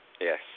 Yes